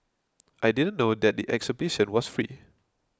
I didn't know that the exhibition was free